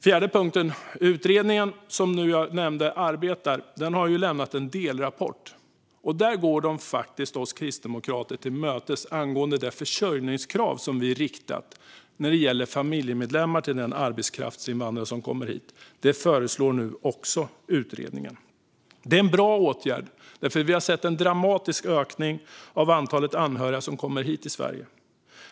Fjärde punkten är att den utredning som arbetar nu, som jag nämnde, har lämnat en delrapport där de faktiskt går oss kristdemokrater till mötes angående det försörjningskrav som vi vill rikta när det gäller familjemedlemmar till arbetskraftsinvandrare som kommer hit. Det föreslår nu också utredningen. Det är en bra åtgärd då vi har sett en dramatisk ökning av antalet anhöriga som kommer till Sverige.